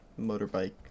motorbike